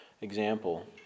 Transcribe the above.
example